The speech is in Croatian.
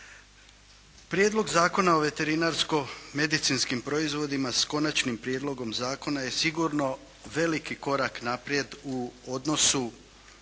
Prijedlog zakona o veterinarsko-medicinskim proizvodima, s Konačnim prijedlogom zakona. Hrvatski sabor je 1998.